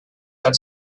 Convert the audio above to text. had